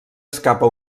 escapa